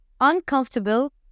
uncomfortable